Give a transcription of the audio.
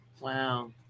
Wow